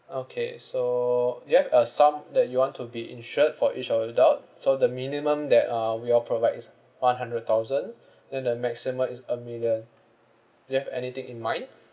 okay so do you have a sum that you want to be insured for each of the adult so the minimum that uh we all provide is one hundred thousand then the maximum is a million do you have anything in mind